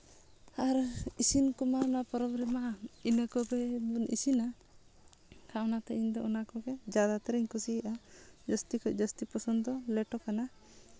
ᱟᱨ ᱤᱥᱤᱱ ᱠᱚᱢᱟ ᱚᱱᱟ ᱯᱚᱨᱚᱵᱽ ᱨᱮᱢᱟ ᱤᱱᱟᱹ ᱠᱚᱜᱮ ᱵᱚᱱ ᱤᱥᱤᱱᱟ ᱠᱷᱟᱡ ᱚᱱᱟᱛᱮ ᱤᱧᱫᱚ ᱚᱱᱟ ᱠᱚᱜᱮ ᱡᱟᱫᱟᱛᱚᱨ ᱤᱧ ᱠᱩᱥᱤᱭᱟᱜᱼᱟ ᱡᱟᱹᱥᱛᱤ ᱠᱷᱚᱡ ᱡᱟᱹᱥᱛᱤ ᱯᱚᱥᱚᱱᱫ ᱫᱚ ᱞᱮᱴᱚ ᱠᱟᱱᱟ